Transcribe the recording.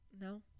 No